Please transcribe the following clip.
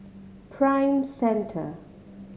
Prime Centre